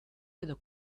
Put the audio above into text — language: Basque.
edo